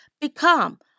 become